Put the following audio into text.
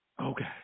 Okay